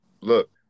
Look